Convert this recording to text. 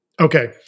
Okay